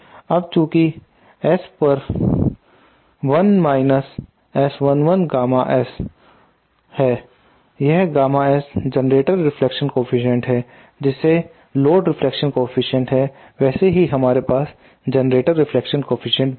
अब चूंकि S पर 1 माइनस S11 गामा S है यह gamma S generator reflection coefficient है जैसे लोड रिफ्लेक्शन कोफीसिएंट है वैसे ही हमारे पास जेनरेटर रिफ्लेक्शन कोफीसिएंट भी है